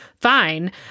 fine